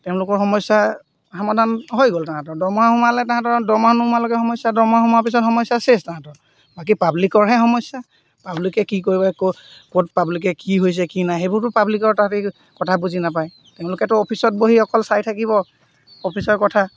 তেওঁলোকৰ সমস্যা সমাধান হৈ গ'ল তাহাঁতৰ দৰমহা সোমালে তাহাঁতৰ দৰমহা নোসোমোৱা লৈকে সমস্যা দৰমহা সোমোৱাৰ পিছত সমস্যা চেছ তাহাঁত বাকী পাব্লিকৰহে সমস্যা পাব্লিকে কি কৰিব ক'ত পাব্লিকে কি হৈছে কি নাই সেইবোৰতো পাব্লিকৰ তাহাঁতি কথা বুজি নাপায় তেওঁলোকেতো অফিচত বহি অকল চাই থাকিব অফিচৰ কথা